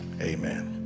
Amen